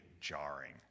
jarring